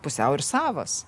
pusiau ir savas